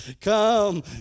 come